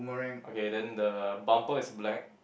okay then the bumper is black